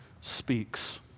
Speaks